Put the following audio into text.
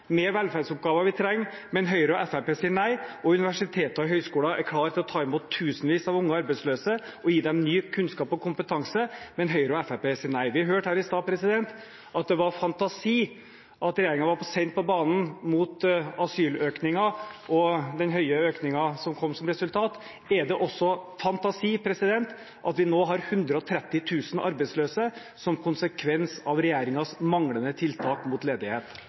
med velferdsoppgaver vi trenger, men Høyre og Fremskrittspartiet sier nei. Og universiteter og høyskoler er klare til å ta imot tusenvis av unge arbeidsløse og gi dem ny kunnskap og kompetanse, men Høyre og Fremskrittspartiet sier nei. Vi hørte her i stad at det var fantasi at regjeringen var sent på banen i asylantøkningen – og den høye økningen som kom som resultat. Er det også fantasi at vi nå har 130 000 arbeidsløse, som konsekvens av regjeringens manglende tiltak mot ledighet?